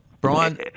Brian